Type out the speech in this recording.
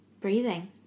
Breathing